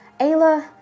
Ayla